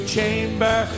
Chamber